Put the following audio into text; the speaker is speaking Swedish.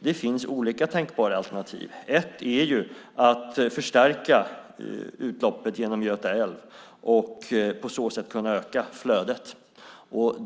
Det finns olika tänkbara alternativ. Ett är att förstärka utloppet genom Göta älv och på så sätt öka flödet.